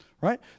right